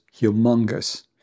humongous